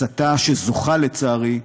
הסתה שזוכה, לצערי,